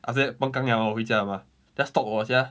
after that pang gang liao 我回家 liao mah then 她 stalk 我 sia